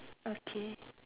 okay